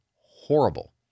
horrible